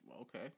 Okay